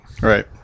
right